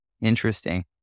Interesting